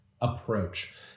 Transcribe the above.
approach